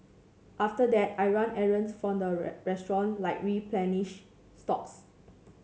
after that I run errands for the restaurant like replenish stocks